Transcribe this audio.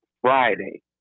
Friday